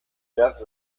death